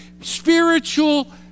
spiritual